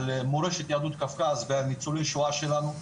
על מורשת יהדות קווקז ועל ניצולי שואה שלנו.